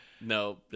No